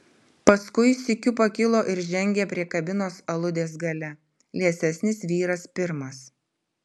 paskui sykiu pakilo ir žengė prie kabinos aludės gale liesesnis vyras pirmas